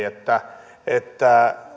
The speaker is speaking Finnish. että että